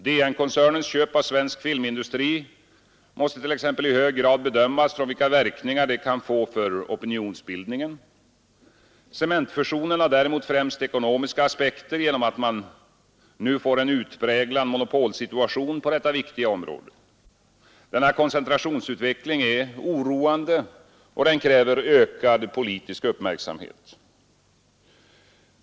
DN-koncernens köp av Svensk filmindustri måste t.ex. i hög grad bedömas med utgångspunkt från vilka verkningar det kan få för opinionsbildningen. Cementfusionen har däremot främst ekonomiska aspekter genom att man nu får en utpräglad monopolsituation på detta viktiga område. Denna koncentrationsutveckling är oroande och kräver ökad politisk uppmärksamhet.